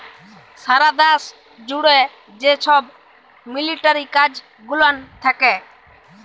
সারা দ্যাশ জ্যুড়ে যে ছব মিলিটারি কাজ গুলান থ্যাকে